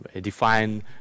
define